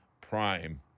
prime